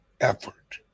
effort